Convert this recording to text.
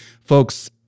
Folks